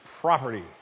property